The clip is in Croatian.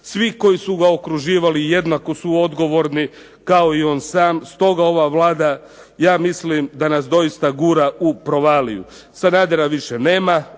Svi koji su ga okruživali jednako su odgovorni kao i on sam, stoga ova Vlada ja mislim da nas doista gura u provaliju. Sanadera više nema,